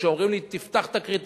כשאומרים לי: תפתח את הקריטריונים,